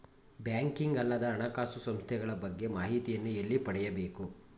Banking ಅಲ್ಲದ ಹಣಕಾಸು ಸಂಸ್ಥೆಗಳ ಬಗ್ಗೆ ಮಾಹಿತಿಯನ್ನು ಎಲ್ಲಿ ಪಡೆಯಬೇಕು?